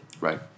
Right